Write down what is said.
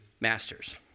masters